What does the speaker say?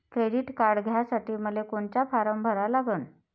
Credit card घ्यासाठी मले कोनचा फारम भरा लागन?